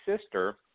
sister